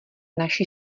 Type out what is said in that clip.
naši